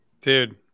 dude